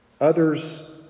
Others